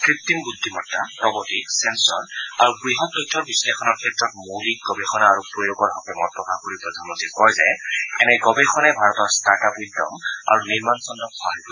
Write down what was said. কৃত্ৰিম বুদ্ধিমতা robotics sensor আৰু বৃহৎ তথ্যৰ বিশ্লেষণৰ ক্ষেত্ৰত মৌলিক গৱেষণা আৰু প্ৰয়োগৰ বিষয়ে মত প্ৰকাশ কৰি প্ৰধানমন্ত্ৰীয়ে কয় যে এনে গৱেষণাই ভাৰতৰ ট্টাৰ্ট আপ উদ্যম আৰু নিৰ্মাণ খণ্ডত সহায় কৰিব